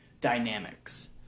dynamics